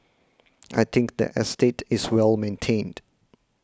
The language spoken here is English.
I think the estate is well maintained